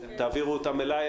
תעבירו אותם אליי,